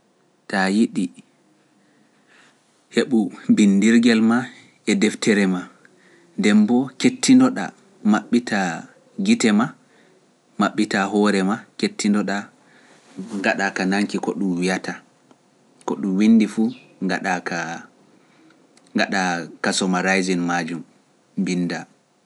ta yiɗi heɓu binndirgel ma e deftere ma, ndemboo kettinoɗa maɓɓita gite ma, maɓɓita hoore ma kettinoɗa gaɗa ka nanki ko ɗum wiiyata, ko ɗum winndi fu gaɗa ka kaso ma raisin majum binda.